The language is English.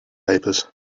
papers